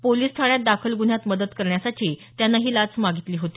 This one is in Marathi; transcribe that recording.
पोलिस ठाण्यात दाखल गुन्ह्यात मदत करण्यासाठी त्यानं ही लाच मागितली होती